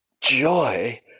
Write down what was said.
joy